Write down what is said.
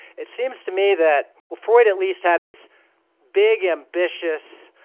it seems to me that freud at least had this big, ambitious,